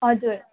हजुर